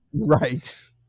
right